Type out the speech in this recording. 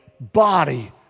body